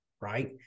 Right